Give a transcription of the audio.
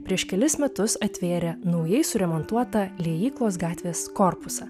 prieš kelis metus atvėrė naujai suremontuotą liejyklos gatvės korpusą